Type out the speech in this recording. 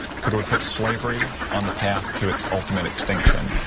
could we put slavery on the path to its ultimate extinction.